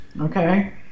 Okay